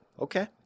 okay